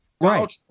Right